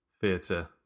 theatre